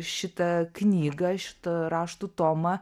šitą knygą šitą raštų tomą